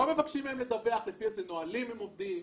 לא מבקשים מהם לדווח לפי איזה נהלים הם עובדים?